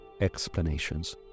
explanations